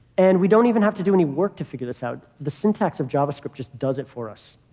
and we don't even have to do any work to figure this out. the syntax of javascript just does it for us.